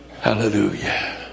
Hallelujah